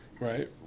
right